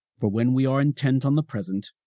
for when we are intent on the present,